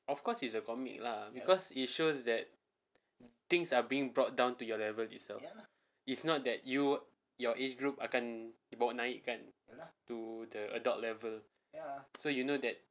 of course is the comic lah because it shows that things are being brought down to your level itself it's not that you your age group akan dibawa naikkan to the adult level so you know that